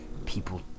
People